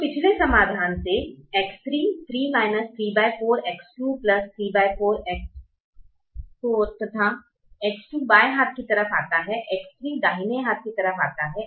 तो पिछले समाधान से X3 यह 3 34 X2 34 X4 था X2 बाएं हाथ की तरफ आता है और X3 दाहिने हाथ की तरफ आता है